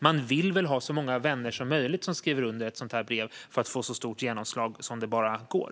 Man vill väl ha så många vänner som möjligt som skriver under ett sådant brev för att så stort genomslag som det bara går?